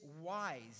wise